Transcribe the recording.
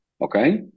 Okay